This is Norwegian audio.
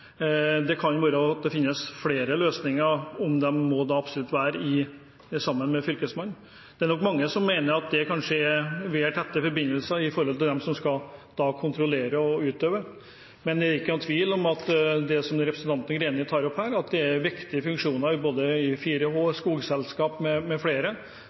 Det kan være at det finnes flere løsninger – om de absolutt må være sammen med Fylkesmannen. Det er nok mange som mener at det kanskje er vel tette forbindelser med dem som skal kontrollere og utøve. Men det er ingen tvil om, som representanten Greni tar opp her, at 4H, Skogselskapet m.fl. har viktige funksjoner som man må ta vare på videre. Frivilligheten kan vi ikke understimulere, vi må stimulere den videre. Men det er